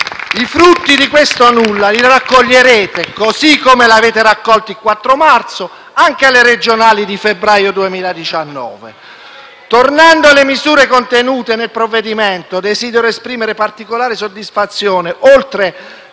I frutti di questo nulla li raccoglierete, così come li avete raccolti il 4 marzo, anche alle regionali di febbraio 2019. (Commenti del senatore Fara_one)._ Tornando alle misure contenute nel provvedimento, desidero esprimere particolare soddisfazione non